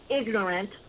ignorant